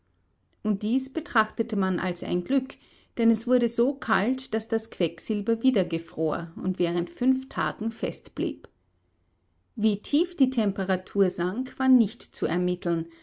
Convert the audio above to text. und dies betrachtete man als ein glück denn es wurde so kalt daß das quecksilber wieder gefror und während fünf tagen fest blieb wie tief die temperatur sank war nicht zu ermitteln